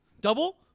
Double